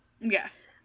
Yes